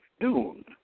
Dune